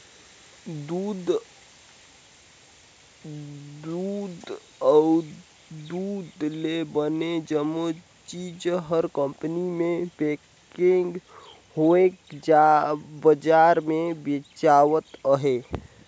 दूद अउ दूद ले बने जम्मो चीज हर कंपनी मे पेकिग होवके बजार मे बेचावत अहे